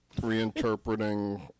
reinterpreting